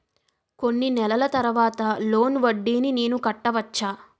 కొన్ని నెలల తర్వాత లోన్ వడ్డీని నేను కట్టవచ్చా?